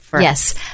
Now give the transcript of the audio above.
Yes